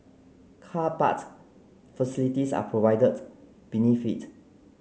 car part facilities are provided beneath it